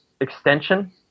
extension